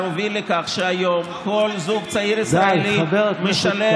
הוביל לכך שהיום כל זוג צעיר ישראלי משלם,